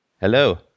Hello